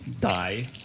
die